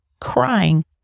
crying